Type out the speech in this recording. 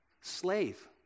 slave